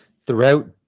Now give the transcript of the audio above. throughout